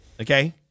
okay